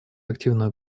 активную